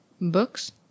books